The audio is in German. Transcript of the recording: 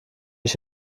ich